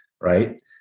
Right